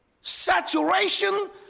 Saturation